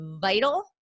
vital